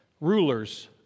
Rulers